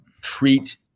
treat